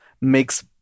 makes